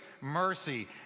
mercy